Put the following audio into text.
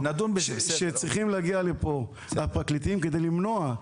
שצריכים להגיע לפה הפרקליטים כדי למנוע,